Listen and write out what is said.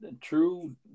true